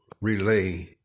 relay